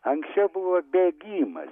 anksčiau buvo bėgimas